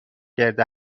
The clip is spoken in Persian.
گرد